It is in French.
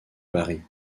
paris